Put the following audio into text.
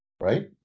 right